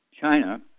China